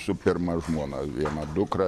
su pirma žmona vieną dukrą